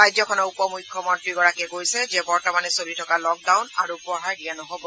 ৰাজ্যখনৰ উপ মূখ্যমন্ত্ৰীগৰাকীয়ে কৈছে যে বৰ্তমানে চলি থকা লকডাউন আৰু বঢ়াই দিয়া নহ'ব